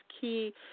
key